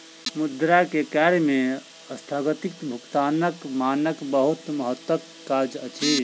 मुद्रा के कार्य में अस्थगित भुगतानक मानक बहुत महत्वक काज अछि